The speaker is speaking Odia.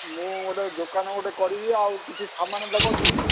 ମୁଁ ଗୋଟେ ଦୋକାନ ଗୋଟେ କରିବି ଆଉ କିଛି ସାମାନ ଦେବ କି